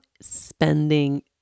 spending